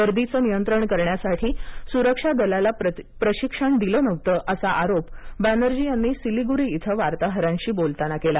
गर्दीचं नियंत्रण करण्यासाठी सुरक्षा दलाला प्रशिक्षण नव्हतं असा आरोप बनर्जी यांनी सिलीगुरी इथं वार्ताहरांशी बोलताना केला